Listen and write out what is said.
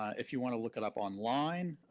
if you want to look it up online,